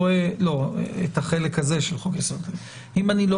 את החלק הזה של חוק יסודות התקציב - אבל אם אני לא